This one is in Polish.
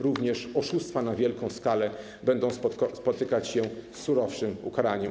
Również oszustwa na wielką skalę będą spotykać się z surowszym ukaraniem.